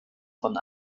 von